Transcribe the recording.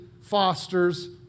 fosters